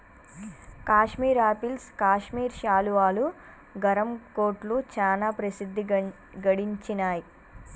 Kashmir apples Kashmir శాలువాలు, గరం కోట్లు చానా ప్రసిద్ధి గడించినాయ్